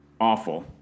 Awful